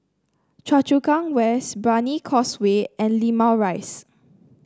Choa Chu Kang West Brani Causeway and Limau Rise